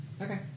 Okay